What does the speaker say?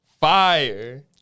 Fire